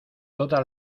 toda